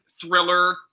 thriller